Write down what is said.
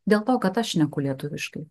dėl to kad aš šneku lietuviškai